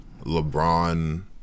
LeBron